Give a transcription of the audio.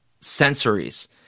sensories